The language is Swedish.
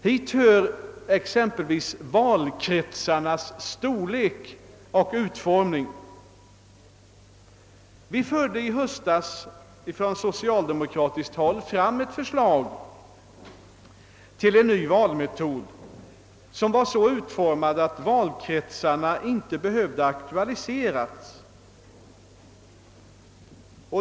Hit hör exempelvis frågan om valkretsarnas storlek och utformning. Från socialdemokratiskt håll framfördes i höstas ett förslag till en ny valmetod, som var så utformat att frågan om valkretsarna inte behövde aktualiseras.